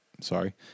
Sorry